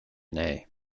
inné